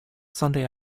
sunday